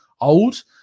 old